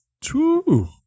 Two